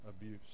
abuse